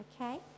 Okay